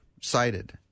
cited